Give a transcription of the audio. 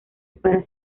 para